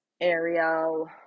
Ariel